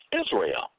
Israel